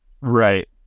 right